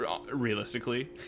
realistically